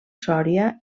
sòria